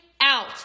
out